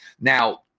Now –